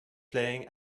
playing